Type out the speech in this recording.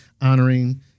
honoring